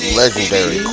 legendary